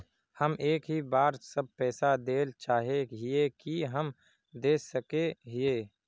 हम एक ही बार सब पैसा देल चाहे हिये की हम दे सके हीये?